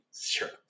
Sure